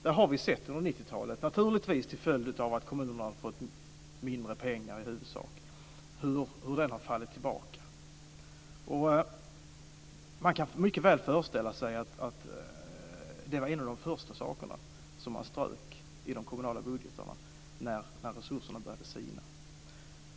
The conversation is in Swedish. Där har vi under 90-talet sett hur den har fallit tillbaka, i huvudsak till följd av att kommunerna har fått mindre pengar. Man kan mycket väl föreställa sig att det var en av de första saker som man strök i de kommunala budgetarna när resurserna började sina.